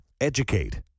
educate